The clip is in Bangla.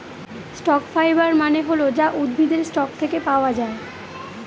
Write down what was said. স্টক ফাইবার মানে হল যা উদ্ভিদের স্টক থাকে পাওয়া যায়